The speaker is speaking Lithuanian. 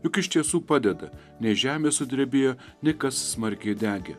juk iš tiesų padeda nei žemė sudrebėjo nei kas smarkiai degė